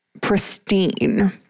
pristine